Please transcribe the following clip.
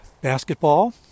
basketball